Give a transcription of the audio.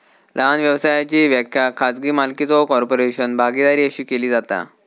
लहान व्यवसायाची व्याख्या खाजगी मालकीचो कॉर्पोरेशन, भागीदारी अशी केली जाता